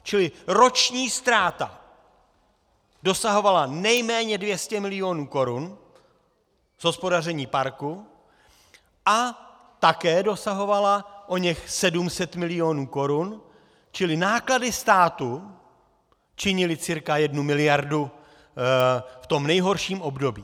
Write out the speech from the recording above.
Čili roční ztráta dosahovala nejméně 200 milionů korun z hospodaření parku a také dosahovala oněch 700 milionů korun, čili náklady státu činily cca 1 miliardu v tom nejhorším období.